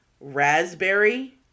raspberry